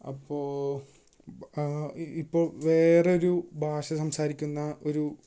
അപ്പോൾ ഇപ്പം വേറെ ഒരു ഭാഷ സംസാരിക്കുന്ന ഒരു